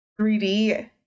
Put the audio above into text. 3D